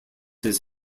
his